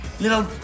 little